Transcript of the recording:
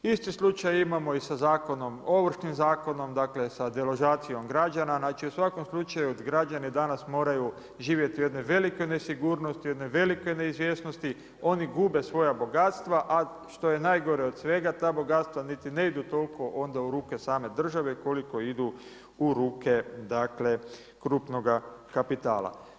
Isti slučaj imamo i sa Ovršnim zakonom, sa deložacijom građana, znači u svakom slučaju građani danas moraju živjeti u jednoj velikoj nesigurnosti, u jednoj velikoj neizvjesnosti, oni gube svoja bogatstva, a što je najgore od svega, ta bogatstva niti ne idu toliko onda u ruke same države koliko idu u ruke krupnoga kapitala.